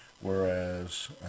whereas